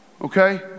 okay